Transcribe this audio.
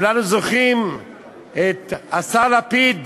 כולנו זוכרים את השר לפיד,